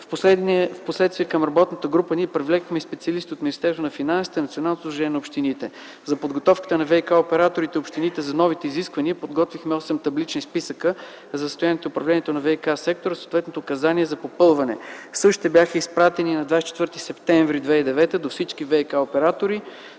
Впоследствие към работната група ние привлякохме и специалисти от Министерството на финансите, Националното сдружение на общините. За подготовката на ВиК-операторите, общините за новите изисквания подготвихме 8 таблични списъка за състоянието и управлението на ВиК-сектора със съответните указания за попълване. Същите бяха изпратени на 24 септември 2009 г. до всички ВиК-оператори